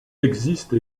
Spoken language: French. existe